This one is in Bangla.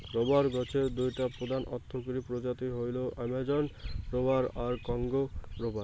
রবার গছের দুইটা প্রধান অর্থকরী প্রজাতি হইল অ্যামাজোন রবার আর কংগো রবার